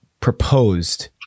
proposed